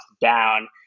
down